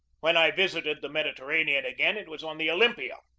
when i visited the mediterranean again it was on the olympia,